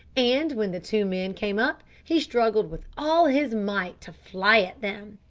and when the two men came up he struggled with all his might to fly at them.